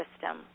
system